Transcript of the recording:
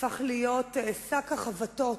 שהפך להיות שק החבטות